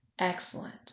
Excellent